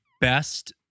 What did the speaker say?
best